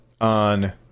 on